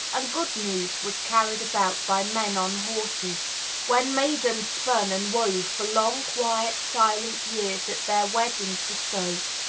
and good news was carried about by men on horses when maidens spun and wove for long, quiet, silent years at their wedding trousseaux,